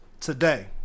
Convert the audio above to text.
Today